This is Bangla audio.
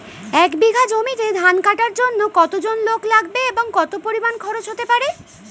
এক বিঘা জমিতে ধান কাটার জন্য কতজন লোক লাগবে এবং কত পরিমান খরচ হতে পারে?